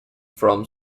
from